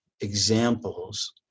examples